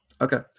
okay